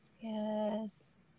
Yes